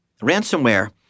ransomware